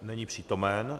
Není přítomen.